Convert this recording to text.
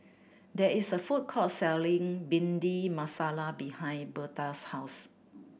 there is a food court selling Bhindi Masala behind Berta's house